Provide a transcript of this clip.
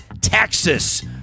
Texas